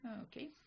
Okay